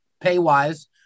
pay-wise